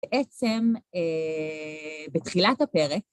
בעצם, בתחילת הפרק,